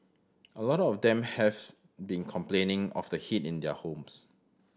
a lot of them have been complaining of the heat in their homes